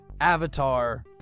Avatar